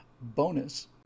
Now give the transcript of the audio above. bonus